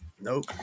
Nope